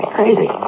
crazy